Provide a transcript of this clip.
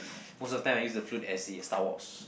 most of the time I use the flute as the Star Wars